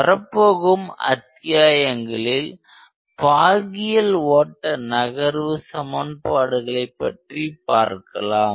வரப்போகும் அத்தியாயங்களில் பாகியல் ஓட்ட நகர்வு சமன்பாடுகளை பற்றி பார்க்கலாம்